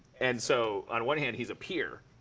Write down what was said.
and so, on one hand, he's a peer.